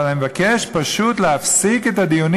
אבל אני מבקש פשוט להפסיק את הדיונים.